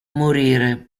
morire